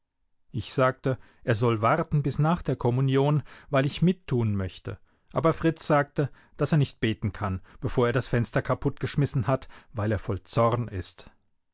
ich sagte er soll warten bis nach der kommunion weil ich mittun möchte aber fritz sagte daß er nicht beten kann vor er das fenster kaputtgeschmissen hat weil er voll zorn ist